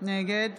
נגד